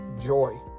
joy